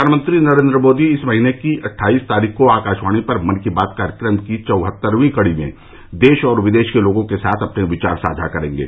प्रधानमंत्री नरेंद्र मोदी इस महीने की अट्ठाईस तारीख को आकाशवाणी पर मन की बात कार्यक्रम की चौहत्तरवीं कडी में देश और विदेश के लोगों के साथ अपने विचार साझा करेंगे